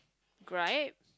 right